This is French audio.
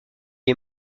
est